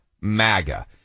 MAGA